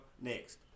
next